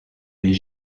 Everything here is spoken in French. les